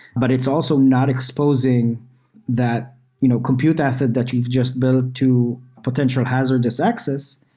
but it's also not exposing that you know compute acid that you've just built to potential hazardous access,